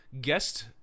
guest